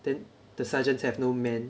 then the sergeants have no men